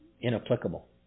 inapplicable